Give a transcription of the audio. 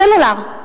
סלולר,